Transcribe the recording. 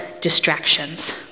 distractions